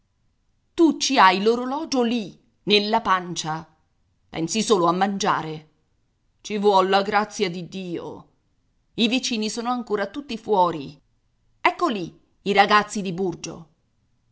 tu ci hai l'orologio lì nella pancia pensi solo a mangiare ci vuol la grazia di dio i vicini sono ancora tutti fuori ecco lì i ragazzi di burgio